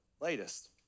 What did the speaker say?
latest